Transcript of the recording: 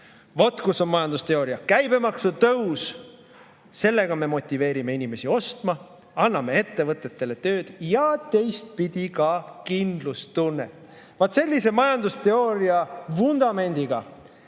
Vot kus on majandusteooria! Käibemaksu tõus – sellega me motiveerime inimesi ostma, anname ettevõtetele tööd ja teistpidi ka kindlustunnet. Vaat sellise majandusteooria vundamendiga